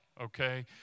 okay